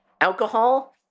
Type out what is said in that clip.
alcohol